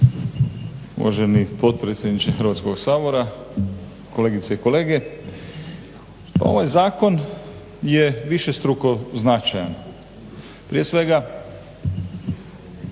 Uvaženi potpredsjedniče Hrvatskoga sabora, kolegice i kolege, ovaj zakon je višestruko značajan. Prije svega